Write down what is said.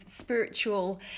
spiritual